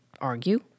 argue